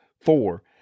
four